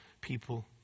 people